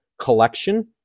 collection